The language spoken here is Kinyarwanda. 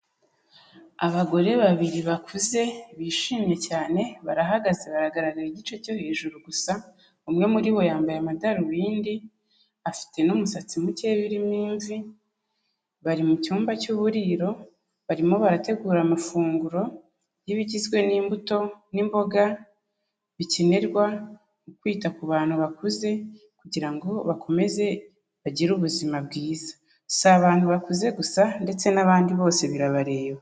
Abagore babiri bakuze bishimye cyane barahagaze bahagarariye igice cyo hejuru gusa, umwe muri bo yambaye amadarubindi afite n'umusatsi mukeya urimo imvi, bari mu cyumba cy'uburiro, barimo barategura amafunguro y'ibigizwe n'imbuto n'imboga, bikenerwa kwita ku bantu bakuze kugira ngo bakomeze bagire ubuzima bwiza, si abantu bakuze gusa ndetse n'abandi bose birabareba.